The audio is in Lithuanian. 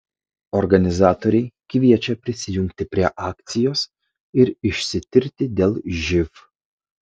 organizatoriai kviečia prisijungti prie akcijos ir išsitirti dėl živ